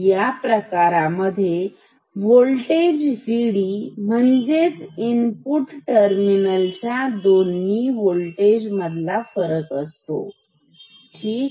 या प्रकारामध्ये voltage Vd म्हणजे इनपुट टर्मिनलच्या दोन्ही होल्टेज मधला फरक असतो ठीक